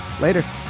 Later